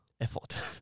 Effort